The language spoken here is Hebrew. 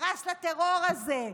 הפרס לטרור הזה,